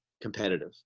competitive